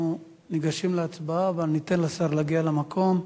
אנחנו ניגשים להצבעה, ואני אתן לשר להגיע למקום.